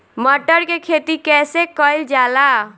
मटर के खेती कइसे कइल जाला?